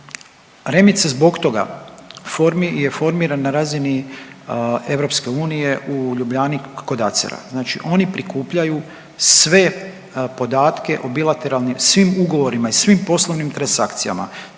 se zbog toga je formiran na razini EU u Ljubljani kod ACER-a znači oni prikupljaju sve podatke o bilateralnim svim ugovorima i svim poslovnim transakcijama.